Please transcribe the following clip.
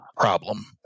Problem